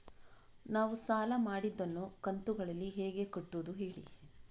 ನಾವು ಸಾಲ ಮಾಡಿದನ್ನು ಕಂತುಗಳಲ್ಲಿ ಹೇಗೆ ಕಟ್ಟುದು ಹೇಳಿ